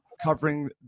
covering